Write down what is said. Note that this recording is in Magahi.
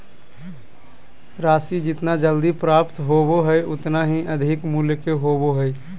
राशि जितना जल्दी प्राप्त होबो हइ उतना ही अधिक मूल्य के होबो हइ